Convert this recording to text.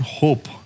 hope